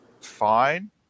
fine